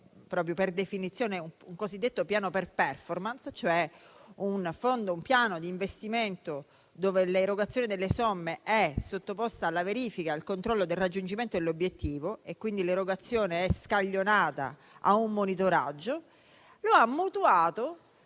un cosiddetto Piano per *performance*, cioè un piano di investimento dove l'erogazione delle somme è sottoposta alla verifica e al controllo del raggiungimento dell'obiettivo e, quindi, l'erogazione è scaglionata a seguito di un monitoraggio e ha deciso